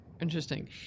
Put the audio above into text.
interesting